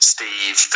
Steve